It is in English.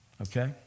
okay